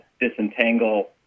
disentangle